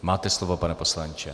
Máte slovo, pane poslanče.